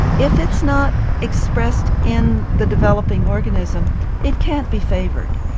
if it's not expressed in the developing organism it can't be favoured.